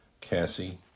Cassie